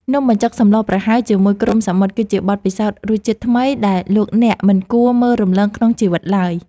នំបញ្ចុកសម្លប្រហើរជាមួយគ្រំសមុទ្រគឺជាបទពិសោធន៍រសជាតិថ្មីដែលលោកអ្នកមិនគួរមើលរំលងក្នុងជីវិតឡើយ។